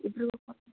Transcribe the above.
Hari Om